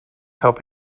help